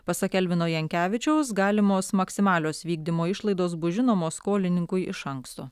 pasak elvino jankevičiaus galimos maksimalios vykdymo išlaidos bus žinomos skolininkui iš anksto